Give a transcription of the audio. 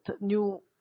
new